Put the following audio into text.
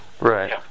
right